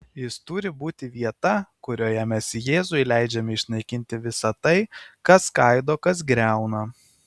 jis turi būti vieta kurioje mes jėzui leidžiame išnaikinti visa tai kas skaido kas griauna